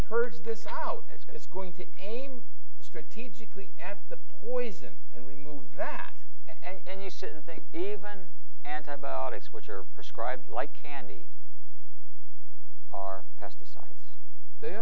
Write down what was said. purge this out as it's going to aim strategically at the poison and we move that and use it and think even antibiotics which are prescribed like candy are pesticides they